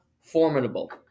formidable